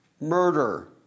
murder